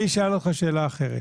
אני אשאל אותך שאלה אחרת,